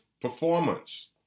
performance